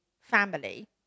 family